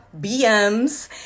bms